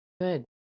Good